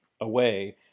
away